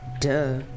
Duh